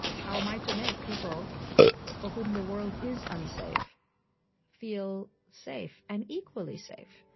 how am i to make people for whom the world is unsafe feel safe, and equally safe?